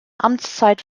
amtszeit